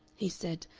he said,